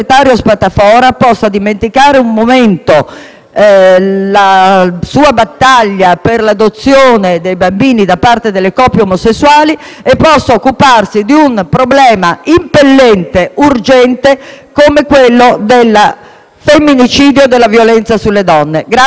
la sua battaglia per l'adozione di bambini da parte di coppie omosessuali per occuparsi di un problema impellente e urgente come quello del femminicidio e della violenza sulle donne. *(Applausi